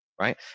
right